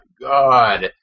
god